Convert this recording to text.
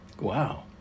wow